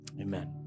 Amen